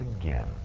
again